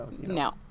No